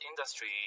industry